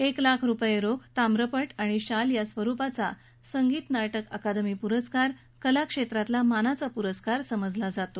एक लाख रुपये ताम्रपत्र आणि मानवस्त्र अशा स्वरुपाचा संगीत नाटक अकादमी पुरस्कार कला क्षेत्रातला मानाचा पुरस्कार समजला जातो